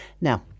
Now